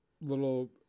little